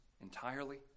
entirely